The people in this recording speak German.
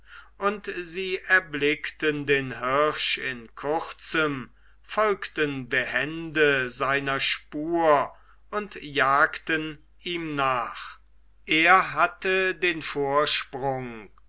und sie erblickten den hirsch in kurzem folgten behende seiner spur und jagten ihm nach er hatte den vorsprung